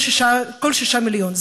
כל ששת המיליונים.